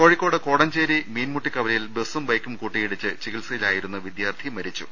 കോഴിക്കോട് കോടഞ്ചേരി മീൻമുട്ടിക്കവലയിൽ ബസും ബൈക്കും കൂട്ടിയിടിച്ച് ചികിത്സയിലായിരുന്ന വിദ്യാർഥി മരിച്ചു